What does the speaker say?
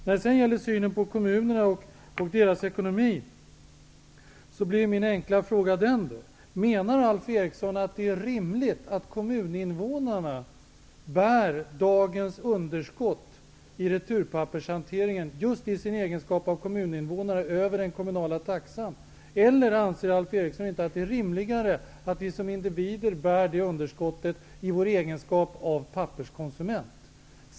När det sedan gäller synen på kommunerna och deras ekonomi blir min andra enkla fråga: Menar Alf Eriksson att det är rimligt att kommuninvånarna just i sin egenskap av kommuninvånare via den kommunala taxan får bära dagens underskott i returpappershanteringen? Annorlunda uttryckt: Anser inte Alf Eriksson att det är rimligare att vi som individer bär det underskottet i vår egenskap av papperskonsument?